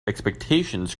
expectations